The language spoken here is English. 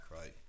right